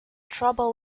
trouble